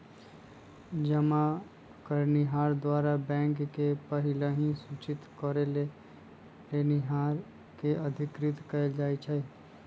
जमा करनिहार द्वारा बैंक के पहिलहि सूचित करेके लेनिहार के अधिकृत कएल जाइ छइ